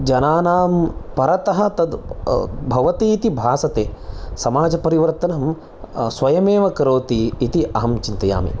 जनानां परतः तद् भवति इति भासते समाजपरिवर्तनं स्वयमेव करोति इति अहं चिन्तयामि